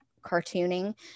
cartooning